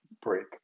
break